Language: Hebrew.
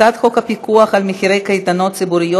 הצעת חוק הפיקוח על מחירי קייטנות ציבוריות,